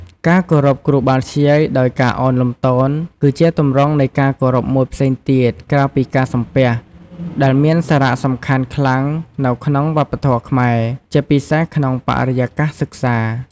ការគោរពគ្រូបាធ្យាយ ដោយការឱនលំទោន គឺជាទម្រង់នៃការគោរពមួយផ្សេងទៀតក្រៅពីការសំពះ ដែលមានសារៈសំខាន់ខ្លាំងនៅក្នុងវប្បធម៌ខ្មែរ ជាពិសេសក្នុងបរិយាកាសសិក្សា។